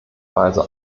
weise